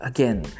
Again